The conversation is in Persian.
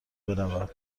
برود